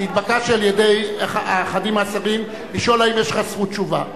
התבקשתי על-ידי אחדים מהשרים לשאול אם יש לך זכות תשובה.